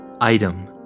item